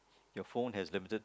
your phone has limited